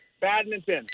badminton